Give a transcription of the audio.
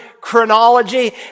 chronology